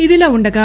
ఇదిలాఉండగా